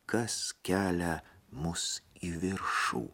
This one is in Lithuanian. kas kelia mus į viršų